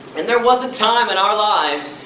and there was a time in our lives,